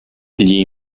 gli